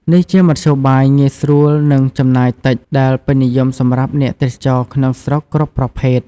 នេះជាមធ្យោបាយងាយស្រួលនិងចំណាយតិចដែលពេញនិយមសម្រាប់អ្នកទេសចរក្នុងស្រុកគ្រប់ប្រភេទ។